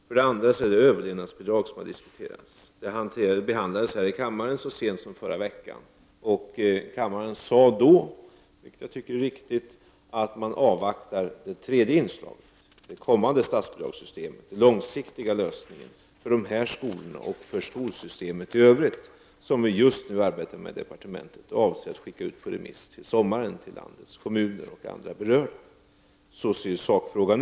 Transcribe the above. För det andra har detta med överlevnadsbidrag diskuterats. Frågan behandlades här i kammaren så sent som förra veckan. Kammaren uttalade då, och det tycker jag är riktigt, att man avvaktar det tredje inslaget — det kommande statsbidragssystemet, den långsiktiga lösningen för de här skolorna och för skolsystemet i övrigt. Just nu arbetar vi i departementet med dessa saker. Avsikten är att frågan till sommaren skall gå ut på remiss till landets kommuner och andra berörda. Detta är sakläget.